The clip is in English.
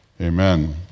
Amen